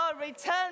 return